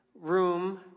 room